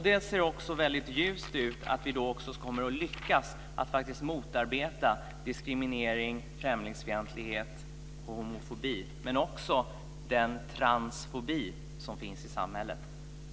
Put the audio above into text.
Det ser också väldigt ljust ut för att vi kommer att lyckas att faktiskt motarbeta diskriminering, främlingsfientlighet och homofobi - men också den transfobi som finns i samhället.